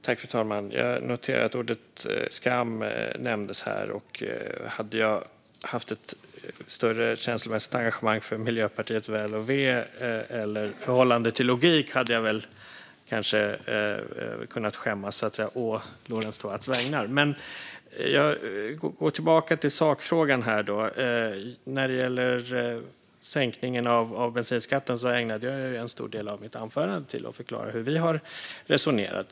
Fru talman! Jag noterar att ordet skam nämndes. Hade jag haft ett större känslomässigt engagemang för Miljöpartiets väl och ve eller förhållande till logik hade jag kanske kunnat skämmas å Lorentz Tovatts vägnar. Men jag går tillbaka till sakfrågan. När det gäller sänkningen av bensinskatten ägnade jag en stor del av mitt anförande åt att förklara hur vi har resonerat.